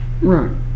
Right